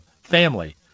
family